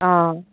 অ'